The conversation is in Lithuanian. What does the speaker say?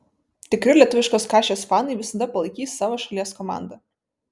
tikri lietuviškos kašės fanai visada palaikys savo šalies komandą